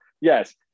yes